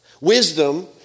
Wisdom